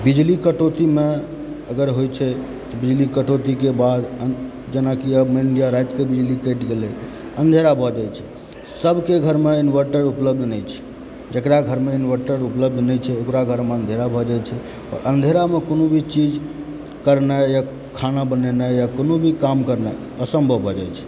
बिजली कटौतीमे अगर होइ छै तऽ बिजली कटौतीके बाद जेनाकी मनिलियै रातिके बिजली कटि गेलय अँधेरा भऽ जाइ छै सभके घर मे इन्वर्टर उपलब्ध नहि छै जकरा घरमे इन्वर्टर उपलब्ध नहि छै ओकरा घरमे अँधेरा भऽ जाइ छै अँधेरामे कोनो भी चीज करनाइ या खाना बनेनाइ या कोनो भी काम करनाइ असम्भव भऽ जाइत छै